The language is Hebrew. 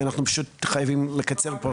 אנחנו פשוט חייבים לקצר פה.